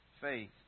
faith